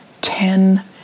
ten